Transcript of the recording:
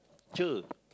Cher